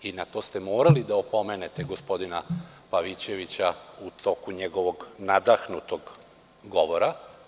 Na to ste morali da opomenete gospodina Pavićevića u toku njegovog nadahnutog govora.